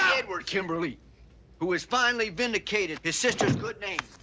edward kimberly who has finally vindicated his sister's good name.